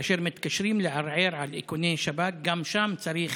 כאשר מתקשרים לערער על איכוני שב"כ, גם שם צריך